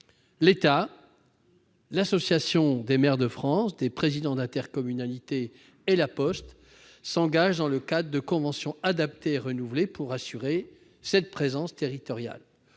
l'État, l'Association des maires de France et des présidents d'intercommunalité et La Poste s'engagent, dans le cadre de conventions adaptées et renouvelées, pour assurer cette présence territoriale.